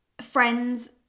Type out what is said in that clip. friends